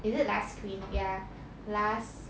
is it last screen ya last